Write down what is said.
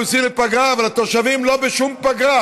אנחנו יוצאים לפגרה, אבל התושבים לא בשום פגרה.